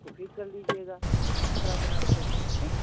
उसको फीड कर लीजिएगा मिश्रा के नाम से ठीक